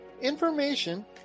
information